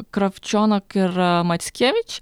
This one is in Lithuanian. krafčionak ir mackevič